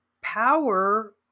power